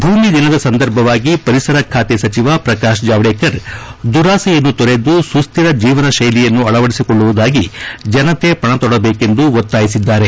ಭೂಮಿ ದಿನದ ಸಂದರ್ಭವಾಗಿ ಪರಿಸರ ಖಾತೆ ಸಚಿವ ಪ್ರಕಾಶ್ ಜಾವಡೇಕರ್ ದುರಾಸೆಯನ್ನು ತೊರೆದು ಸುಸ್ವಿರ ಜೀವನ ಶೈಲಿಯನ್ನು ಅಳವಡಿಸಿಕೊಳ್ಳುವುದಾಗಿ ಜನತೆ ಪಣತೊಡಬೇಕೆಂದು ಒತ್ತಾಯಿಸಿದ್ದಾರೆ